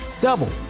double